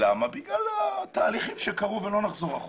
בגלל התהליכים שקרו ולא נחזור אחורה.